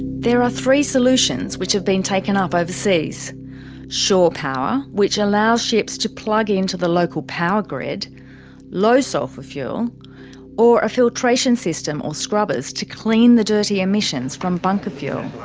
there are three solutions which have been taken up overseas shore power, which allows ships to plug into the local power grid low sulphur fuel or a filtration system or scrubbers to clean the dirty emissions from bunker fuel.